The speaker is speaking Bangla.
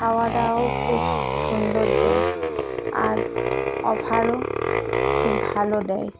খাওয়া দাওয়াও খুব সুন্দর দেয় আর অফারও খুব ভালো দেয়